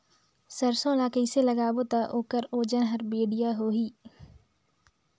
सरसो ला कइसे लगाबो ता ओकर ओजन हर बेडिया होही?